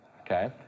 okay